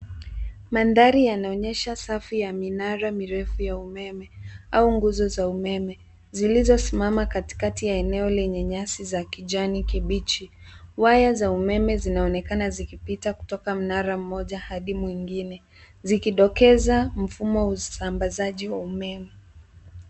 Mandhari yanaonyesha safu ya minara mirefu ya umeme au nguzo za umeme zilizosimama katikati ya eneo lenye nyasi za kijani kibichi. Waya za umeme zinaonekana zikipita kutoka mnara mmoja hadi mwingine zikidokeza mfumo wa usambazaji wa umeme.